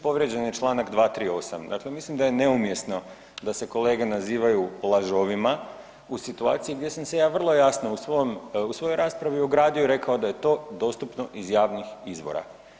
Povrijeđen je čl. 238., dakle mislim da je neumjesno da se kolege nazivaju lažovima u situaciji gdje sam se ja vrlo jasno u svojoj raspravi ogradio i rekao da je to dostupno iz javnih izvora.